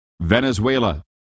Venezuela